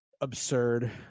absurd